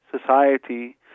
society